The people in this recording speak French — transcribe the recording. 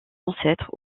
ancêtres